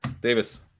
Davis